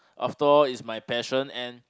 after all it's my passion and